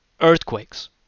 earthquakes